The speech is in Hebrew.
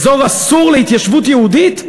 אזור אסור להתיישבות יהודית,